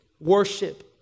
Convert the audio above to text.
worship